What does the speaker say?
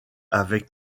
avec